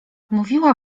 mówiła